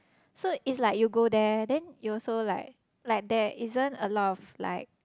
so it's like you go there then you also like like there isn't a lot of like